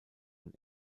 und